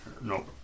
Nope